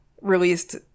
released